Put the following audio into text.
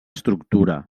estructura